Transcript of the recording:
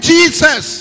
Jesus